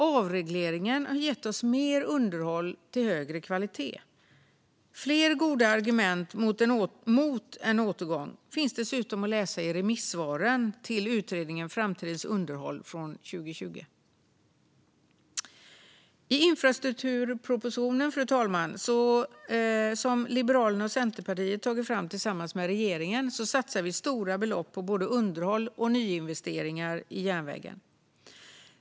Avregleringen har gett oss mer underhåll till högre kvalitet. Fler goda argument mot en återgång finns dessutom att läsa i remissvaren till utredningen Framtidens järnvägsunderhåll från 2020. Fru talman! I infrastrukturpropositionen, som Liberalerna och Centerpartiet har tagit fram tillsammans med regeringen, satsar vi stora belopp på både underhåll och nyinvesteringar i järnvägen.